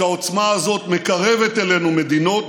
שהעוצמה הזאת מקרבת אלינו מדינות